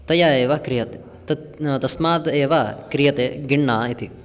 तया एव क्रियते तत् तस्मात् एव क्रियते गिण्णा इति